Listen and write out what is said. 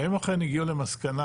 והם אכן הגיעו למסקנה